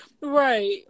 right